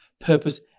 purpose